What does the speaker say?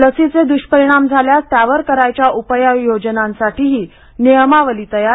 लसीचे दृष्परिणाम झाल्यास त्यावर करायच्या उपाययोजनांसाठीही नियमावली तयार